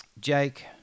Jake